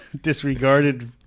disregarded